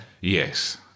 Yes